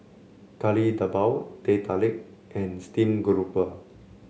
Kari Debal Teh Tarik and Steamed Grouper